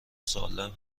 سالم